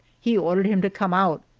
he ordered him to come out,